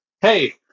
hey